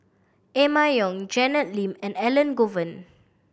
Emma Yong Janet Lim and Elangovan